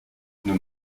nous